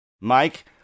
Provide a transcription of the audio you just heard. Mike